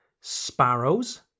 sparrows